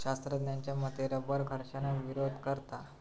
शास्त्रज्ञांच्या मते रबर घर्षणाक विरोध करता